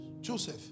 Joseph